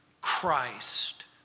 Christ